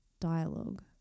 dialogue